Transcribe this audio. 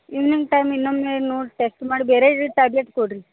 evening time ಇನ್ನೊಮ್ಮೆ ನೋಡಿ test ಮಾಡಿ ಬೇರೆ ಟ್ಯಾಬ್ಲೆಟ್ ಕೊಡಿರಿ